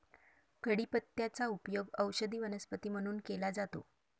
कढीपत्त्याचा उपयोग औषधी वनस्पती म्हणून केला जातो